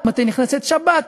מתי נכנסת שבת?